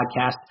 podcast